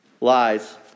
Lies